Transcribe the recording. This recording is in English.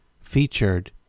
featured